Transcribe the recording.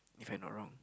If I not wrong